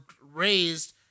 raised